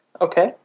Okay